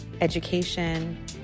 education